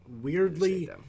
Weirdly